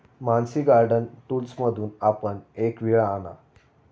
Mansi garden टूल्समधून आपण एक विळा आणा